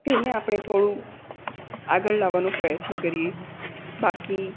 તેને આપણે થોડું આગળ લાવવાનો પ્રયત્ન કરીએ બાકી